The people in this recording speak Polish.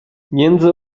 między